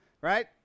right